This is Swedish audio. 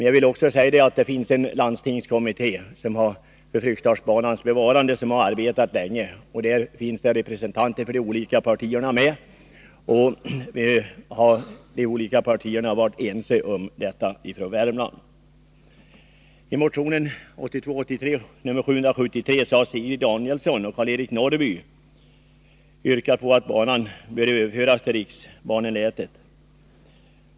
Jag vill även säga att det finns en landstingskommitté för Fryksdalsbanans bevarande, som har arbetat länge. Representanter för de olika partierna är med i denna kommitté, och de olika partierna i Värmland har varit ense i denna fråga. I motion 1982/83:773 av Sigrid Danielsson och Karl-Eric Norrby yrkas att Fryksdalsbanan skall höra till riksbanenätet.